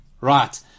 Right